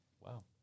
Wow